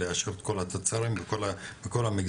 לאשר את כל התצ"רים בכל המגזר?